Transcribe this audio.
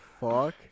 fuck